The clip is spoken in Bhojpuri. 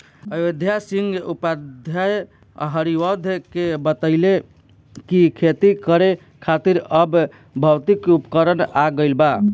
अयोध्या सिंह उपाध्याय हरिऔध के बतइले कि खेती करे खातिर अब भौतिक उपकरण आ गइल बा